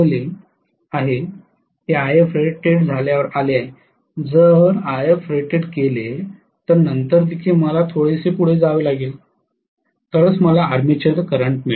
हे If rated झाल्यावर आले आहे जर If rated केले नंतर देखील मला थोडेसे पुढे जावे लागेल तरच मला आर्मेचर करंट मिळेल